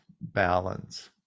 balance